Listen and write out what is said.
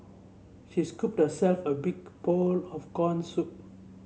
she scooped herself a big bowl of corn soup